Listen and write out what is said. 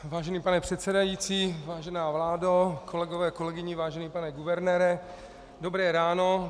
Vážený pane předsedající, vážená vládo, kolegové, kolegyně, vážený pane guvernére, dobré ráno.